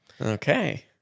Okay